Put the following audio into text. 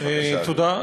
בבקשה, אדוני.